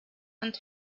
and